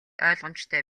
ойлгомжтой